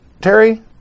Terry